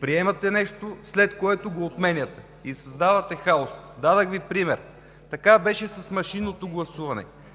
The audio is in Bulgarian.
Приемате нещо, след което го отменяте, и създавате хаос. Дадох Ви пример: така беше с машинното гласуване